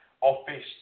office